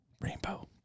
Rainbow